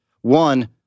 One